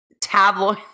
tabloid